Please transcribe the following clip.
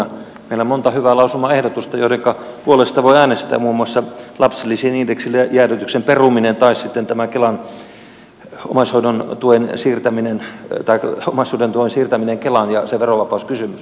meillä on monta hyvää lausumaehdotusta joidenka puolesta voi äänestää muun muassa lapsilisien indeksijäädytyksen peruminen ja tämän omaishoidon tuen siirtäminen kelaan ja sen verovapauskysymys